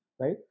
right